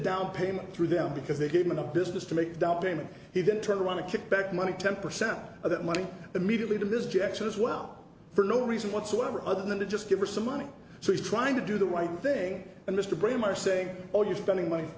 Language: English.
down payment through them because they gave him a business to make down payment he didn't try to run a kickback money ten percent of that money immediately to this jackson as well for no reason whatsoever other than to just give her some money so he's trying to do the right thing and mr bremer saying oh you're spending money